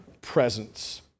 presence